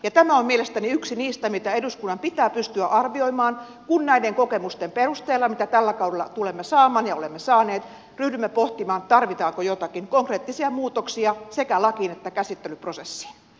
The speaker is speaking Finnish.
tämä on mielestäni yksi niistä mitä eduskunnan pitää pystyä arvioimaan kun näiden kokemusten perusteella mitä tällä kaudella tulemme saamaan ja olemme saaneet ryhdymme pohtimaan tarvitaanko joitakin konkreettisia muutoksia sekä lakiin että käsittelyprosessiin